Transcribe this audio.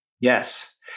Yes